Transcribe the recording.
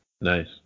Nice